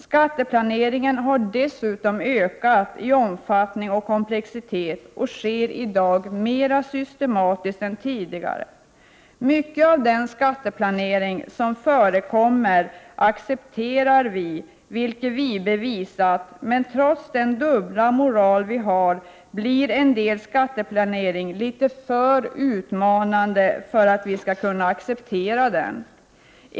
Skatteplaneringjen har dessutom ökat i omfattning och komplexitet, och den sker i dag mera systematiskt än tidigare. Mycket av den skatteplanering som förekommer accepterar vi, men trots den dubbla moral vi har blir viss typ av skatteplanering litet för utmanande för att vi skall kunna acceptera den.